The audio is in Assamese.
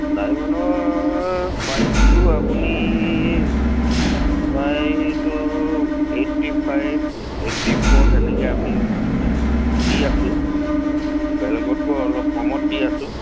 ডায়মণ্ডৰ প্ৰাইচটো আপুনি প্ৰায়টো এইটটি ফাইভ এইটটি ফ'ৰ তেনেকে আমি দি আছোঁ বেলেগতকৈ অলপ কমত দি আছোঁ